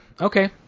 okay